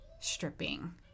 stripping